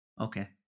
Okay